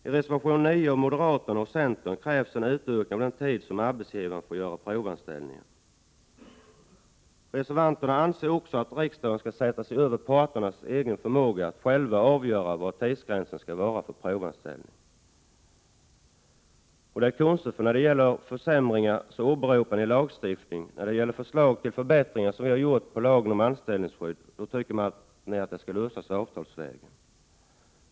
I reservation 9 av moderaterna och centern krävs en utökning av den tid som arbetsgivaren får göra provanställning. Reservanterna anser också att riksdagen skall sätta sig över parternas förmåga att själva avgöra vad tidsgränsen skall vara för provanställning. Det är konstigt — när det gäller försämringar åberopar ni lagstiftning, men när det gäller våra förslag till förbättringar i lagen om anställningsskydd tycker ni att detta skall lösas avtalsvägen.